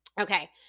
Okay